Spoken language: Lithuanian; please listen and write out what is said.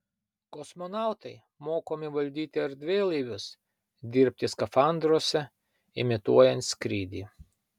kosmonautai mokomi valdyti erdvėlaivius dirbti skafandruose imituojant skrydį